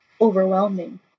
overwhelming